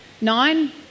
Nine